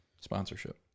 sponsorship